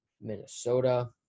Minnesota